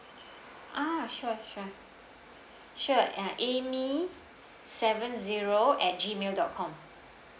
ah sure sure sure ah amy seven zero at G mail dot com